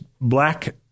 black